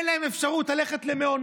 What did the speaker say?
אין להם אפשרות ללכת למעונות.